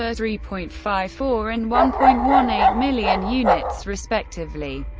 ah three point five four, and one point one eight million units, respectively.